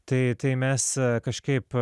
tai tai mes kažkaip